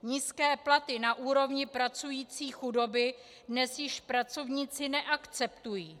Nízké platy na úrovni pracující chudoby dnes již pracovníci neakceptují.